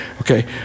Okay